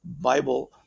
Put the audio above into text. Bible